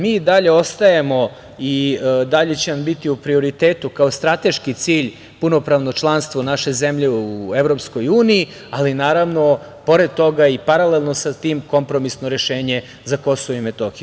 Mi i dalje ostajemo i dalje će nam biti u prioritetu kao strateški cilj punopravno članstvo naše zemlje u Evropskoj uniji, ali naravno pored toga i paralelno sa tim kompromisno rešenje za Kosovo i Metohiju.